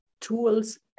tools